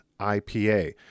IPA